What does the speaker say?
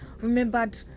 remembered